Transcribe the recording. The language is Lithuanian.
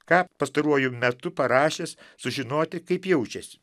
ką pastaruoju metu parašęs sužinoti kaip jaučiasi